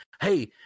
hey